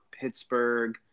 Pittsburgh